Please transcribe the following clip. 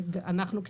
אנחנו,